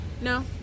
No